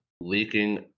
leaking